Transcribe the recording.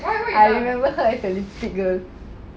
I don't know lipstick girl